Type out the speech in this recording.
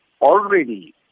already